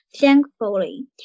Thankfully